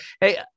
hey